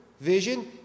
vision